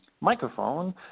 microphone